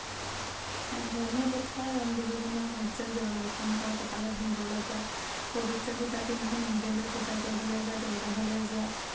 ধৰ্মীয় প্ৰথা ৰংগোলী বনোৱা সূৰ্য্যক জল অৰ্পণ কৰা কপালত সেন্দুৰ লগোৱা পৱিত্ৰ সূতা পিন্ধা মন্দিৰলৈ পূজা কৰিবলৈ যোৱা দৰগাহলৈ যোৱা